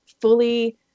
fully